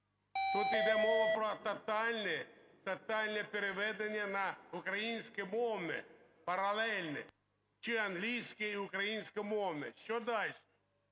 Тут йде мова про тотальне, тотальне переведення на українськомовне паралельно, чи англійсько- і українськомовне. Що далі?